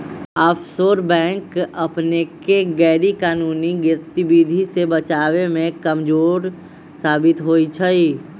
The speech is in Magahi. आफशोर बैंक अपनेके गैरकानूनी गतिविधियों से बचाबे में कमजोर साबित होइ छइ